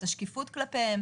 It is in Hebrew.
את השקיפות כלפיהם,